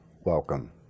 welcome